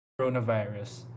coronavirus